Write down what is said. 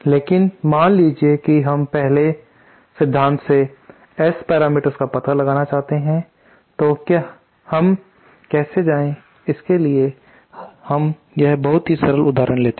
लेकिन मान लीजिए कि हम पहले सिद्धांत से S पैरामीटर्स का पता लगाना चाहते हैं तो तो हम कैसे जाएं इसके लिए हम यह बहुत ही सरल उदाहरण लेते हैं